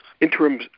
interim